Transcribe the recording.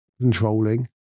controlling